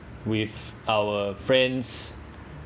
with our friends